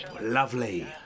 lovely